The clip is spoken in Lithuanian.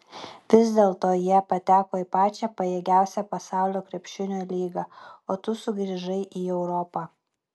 vis dėlto jie pateko į pačią pajėgiausią pasaulio krepšinio lygą o tu sugrįžai į europą